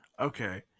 Okay